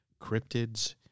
cryptids